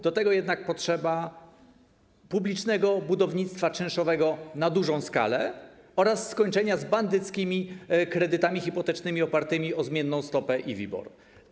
Do tego jednak potrzeba publicznego budownictwa czynszowego na dużą skalę oraz skończenia z bandyckimi kredytami hipotecznymi opartymi o zmienną stopę procentową i WIBOR.